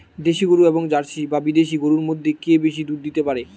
দেশী গরু এবং জার্সি বা বিদেশি গরু মধ্যে কে বেশি দুধ দিতে পারে?